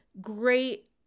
Great